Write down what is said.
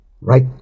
Right